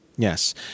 Yes